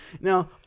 Now